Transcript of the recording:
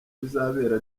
bizabera